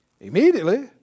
Immediately